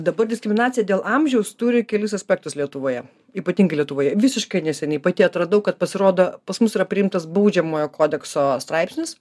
dabar diskriminacija dėl amžiaus turi kelis aspektus lietuvoje ypatingai lietuvoje visiškai neseniai pati atradau kad pasirodo pas mus yra priimtas baudžiamojo kodekso straipsnis